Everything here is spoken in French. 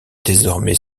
désormais